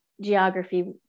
geography